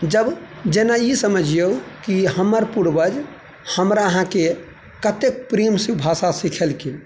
जब जेना ई समझियौ हमर पूर्वज हमरा अहाँके कतेक प्रेमसँ भाषा सिखेलखिन